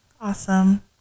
awesome